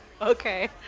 okay